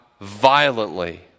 violently